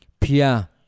Pia